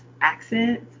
accent